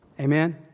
Amen